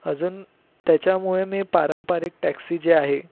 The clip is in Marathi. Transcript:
अजून त्याच्यामुळे मी पारंपरिक टॅक्सी जी आहे